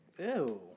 Ew